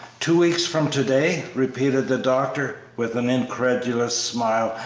two weeks from to-day! repeated the doctor, with an incredulous smile,